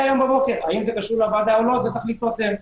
האם זה קשור לוועדה או לא תחליטו אתם,